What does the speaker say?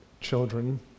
children